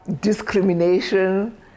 discrimination